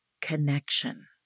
connection